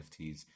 NFTs